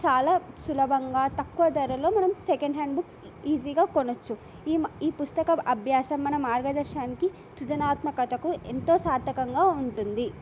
చాలా సులభంగా తక్కువ ధరలో మనం సెకండ్ హ్యాండ్ బుక్స్ ఈజీగా కొనచ్చు ఈ ఈ పుస్తక అభ్యాసం మన మార్గదర్శనానికి సృజనాత్మకతకు ఎంతో సార్థకంగా ఉంటుంది